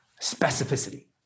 Specificity